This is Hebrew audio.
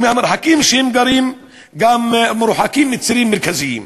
והמרחקים שם, הם גם מרוחקים מצירים מרכזיים.